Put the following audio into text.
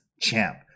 champ